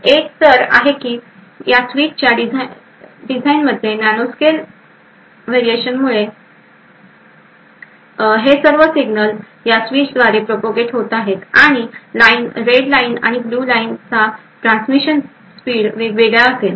एक हे खरं आहे की या स्विचच्या डिझाइनमध्ये नॅनोस्कल व्हेरिएशन मुळे हे सर्व सिग्नल या स्विचद्वारे प्रपोगेट होत आहेत या दोन्ही लाईन रेड लाइन आणि ब्ल्यू लाईन चा त्रांस्मिशन स्पीड वेगवेगळा असेल